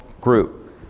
group